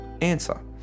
answer